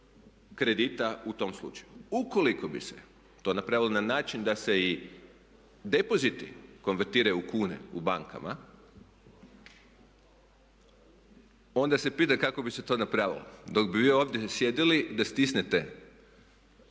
kredita u tom slučaju. Ukoliko bi se to napravilo na način da se i depoziti konvertiraju u kune u bankama, onda se pita kako bi se to napravilo. Dok bi vi ovdje sjedili da stisnete